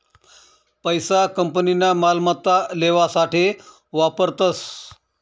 पैसा कंपनीना मालमत्ता लेवासाठे वापरतस